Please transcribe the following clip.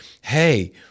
hey